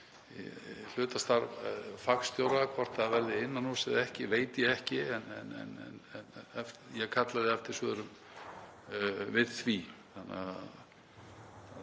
hlutastarf fagstjóra. Hvort það verði innan húss eða ekki veit ég ekki. Ég kallaði eftir svörum við því.